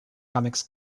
comics